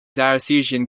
diocesan